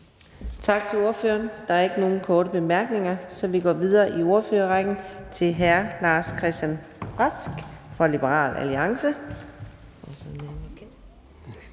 Tak til ordføreren. Der er ikke nogen korte bemærkninger, så vi går videre i ordførerrækken til hr. Lars-Christian Brask fra Liberal Alliance.